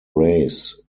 raise